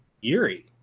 Yuri